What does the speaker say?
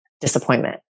disappointment